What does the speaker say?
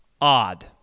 Odd